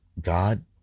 God